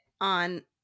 on